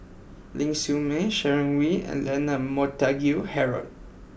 Ling Siew May Sharon Wee and Leonard Montague Harrod